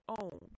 own